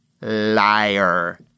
liar